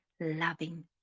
loving